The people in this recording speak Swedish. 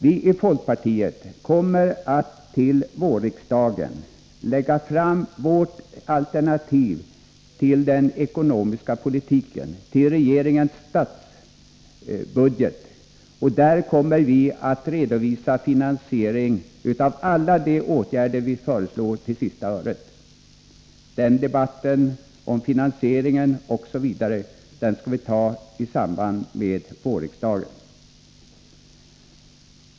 Vi i folkpartiet kommer att till riksdagens vårsession lägga fram vårt alternativ till regeringens budgetförslag, och där kommer vi att till sista öret redovisa finansiering av alla de åtgärder vi föreslår. Debatten om dessa frågor skall vi föra när de förslagen föreligger.